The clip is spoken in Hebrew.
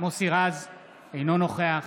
אינו נוכח